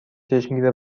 چشمگیر